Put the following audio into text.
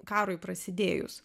karui prasidėjus